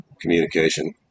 communication